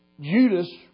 Judas